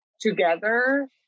together